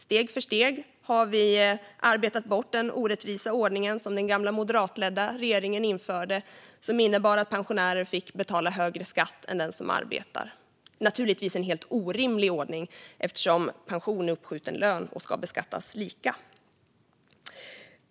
Steg för steg har vi arbetat bort den orättvisa ordning som den gamla moderatledda regeringen införde, som innebar att pensionärer fick betala högre skatt än den som arbetar. Det var naturligtvis en helt orimlig ordning eftersom pension är uppskjuten lön och ska beskattas lika.